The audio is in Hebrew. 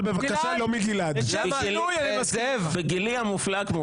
אבל מן הראוי לדון בשיטת הסניוריטי,